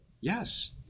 Yes